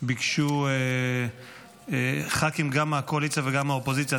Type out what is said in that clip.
בקשו ח"כים גם מהקואליציה וגם מהאופוזיציה.